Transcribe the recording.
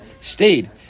stayed